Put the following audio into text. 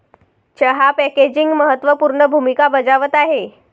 चहा पॅकेजिंग महत्त्व पूर्ण भूमिका बजावत आहे